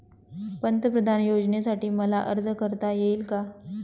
पंतप्रधान योजनेसाठी मला अर्ज करता येईल का?